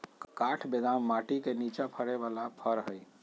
काठ बेदाम माटि के निचा फ़रे बला फ़र हइ